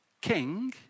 king